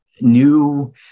new